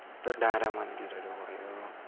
यस्तो डाँडा मन्दिरहरू भयो